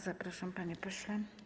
Zapraszam, panie pośle.